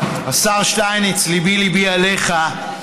השר שטייניץ, ליבי-ליבי עליך.